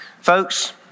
folks